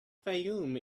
fayoum